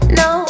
no